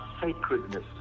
sacredness